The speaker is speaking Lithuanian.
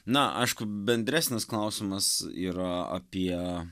na aišku bendresnis klausimas yra apie